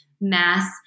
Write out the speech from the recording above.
mass